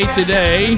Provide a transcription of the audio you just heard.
today